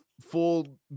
full